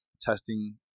testing